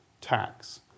tax